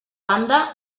banda